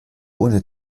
ohne